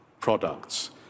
products